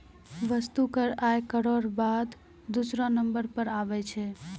वस्तु कर आय करौ र बाद दूसरौ नंबर पर आबै छै